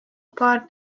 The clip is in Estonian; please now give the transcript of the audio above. paar